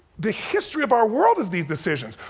the history of our world is these decisions.